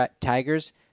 tigers